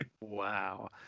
Wow